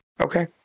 okay